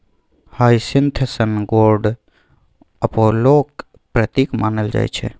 hyacinth sun god अपोलोक प्रतीक मानल जाइ छै